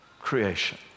creation